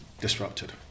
disrupted